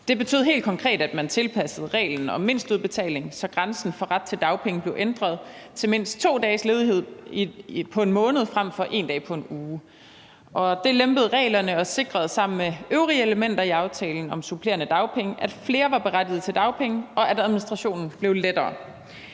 Det betød helt konkret, at man tilpassede reglen om mindsteudbetaling, så grænsen for ret til dagpenge blev ændret til mindst 2 dages ledighed på 1 måned frem for 1 dag på 1 uge. Det lempede reglerne, og det sikrede sammen med øvrige elementer i aftalen om supplerende dagpenge, at flere var berettiget til dagpenge, og at administrationen blev lettere.